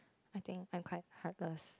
I think I quite heartless